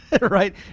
right